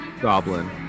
Goblin